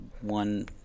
one